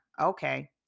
Okay